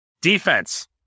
Defense